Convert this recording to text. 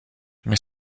mais